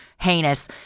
heinous